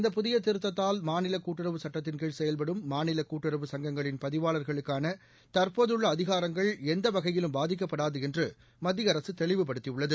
இந்த புதியதிருத்தத்தால் மாநிலகூட்டுறவு சட்டத்தின்கீழ் செயல்படும் மாநிலகூட்டுறவு சங்கங்களின் பதிவாளர்களுக்கானதற்போதுள்ளஅதிகாரங்கள் எந்தவகையிலும் பாதிக்கப்படாதுஎன்றுமத்தியஅரசுதெளிவுபடுத்தியுள்ளது